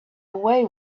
away